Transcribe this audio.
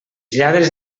lladres